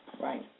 Right